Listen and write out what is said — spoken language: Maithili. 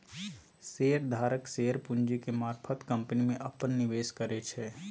शेयर धारक शेयर पूंजी के मारफत कंपनी में अप्पन निवेश करै छै